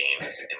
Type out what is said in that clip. games